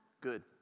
Good